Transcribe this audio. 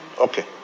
Okay